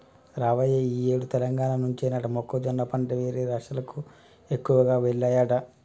రావయ్య ఈ ఏడు తెలంగాణ నుంచేనట మొక్కజొన్న పంట వేరే రాష్ట్రాలకు ఎక్కువగా వెల్లాయట